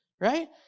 Right